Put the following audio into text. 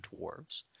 dwarves